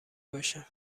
باشم